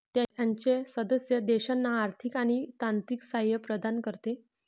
त्याच्या सदस्य देशांना आर्थिक आणि तांत्रिक सहाय्य प्रदान करते